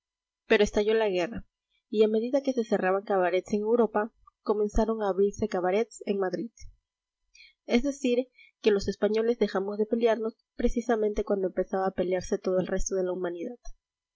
pero estalló la guerra y a medida que se cerraban cabarets en europa comenzaron a abrirse cabarets en madrid es decir que los españoles dejamos de pelearnos precisamente cuando empezaba a pelearse todo el resto de la humanidad